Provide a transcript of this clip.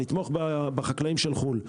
נתמוך בחקלאים של חו"ל.